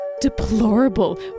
Deplorable